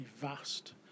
vast